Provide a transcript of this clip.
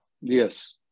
Yes